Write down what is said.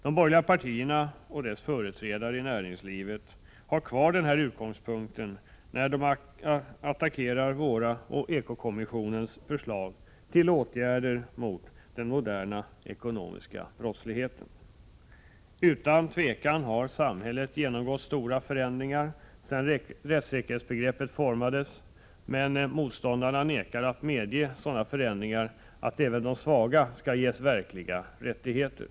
De borgerliga partierna och deras företrädare i näringslivet har kvar denna utgångspunkt när de attackerar våra och eko-kommissionens förslag till åtgärder mot den moderna ekonomiska brottsligheten. Utan tvivel har samhället genomgått stora förändringar sedan rättssäkerhetsbegreppet formades, men motståndarna vägrar att medge sådana förändringar att även de svaga ges verkliga rättigheter.